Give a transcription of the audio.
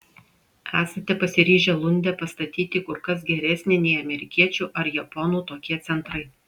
esate pasiryžę lunde pastatyti kur kas geresnį nei amerikiečių ar japonų tokie centrai